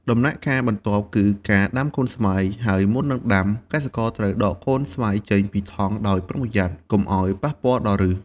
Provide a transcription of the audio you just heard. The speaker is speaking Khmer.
ដំណាក់កាលបន្ទាប់គឺការដាំកូនស្វាយ ហើយមុននឹងដាំ កសិករត្រូវដកកូនស្វាយចេញពីថង់ដោយប្រុងប្រយ័ត្ន កុំឲ្យប៉ះពាល់ដល់ឫស។